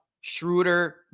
Schroeder